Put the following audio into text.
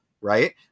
right